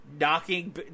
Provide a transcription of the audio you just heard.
Knocking